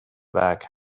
bag